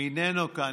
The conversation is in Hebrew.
איננו כאן.